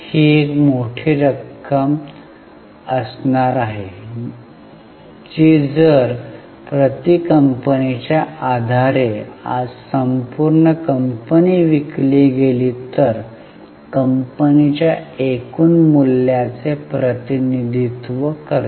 ही एक खूप मोठी रक्कम असणार आहे जी जर प्रति कंपनीच्या आधारे आज संपूर्ण कंपनी विकली गेली तर कंपनीच्या एकूण मूल्याचे प्रतिनिधित्व करते